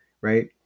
right